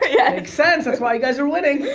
yeah. makes sense. that's why you guys are winning.